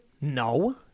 No